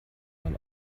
man